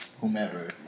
whomever